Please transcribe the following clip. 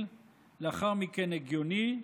לאחר מכן, קביל, לאחר מכן, הגיוני,